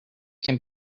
can